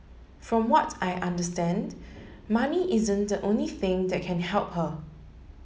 from what I understand money isn't the only thing that can help her